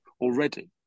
already